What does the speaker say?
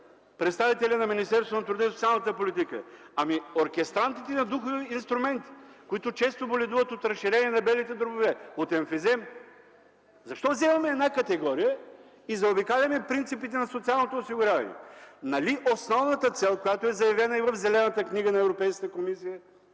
представителят на Министерството на труда и социалната политика, знае – оркестрантите на духови инструменти често боледуват от разширение на белите дробове, от емфизем. Защо вземаме една категория и заобикаляме принципите на социалното осигуряване? Нали основната цел, която е заявена и в Зелената книга на Европейската комисия,